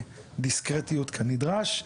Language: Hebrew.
במעטה דיסקרטיות כנדרש.